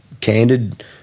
candid